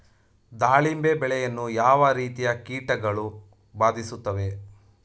ದಾಳಿಂಬೆ ಬೆಳೆಯನ್ನು ಯಾವ ರೀತಿಯ ಕೀಟಗಳು ಬಾಧಿಸುತ್ತಿವೆ?